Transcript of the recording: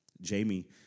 Jamie